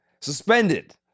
suspended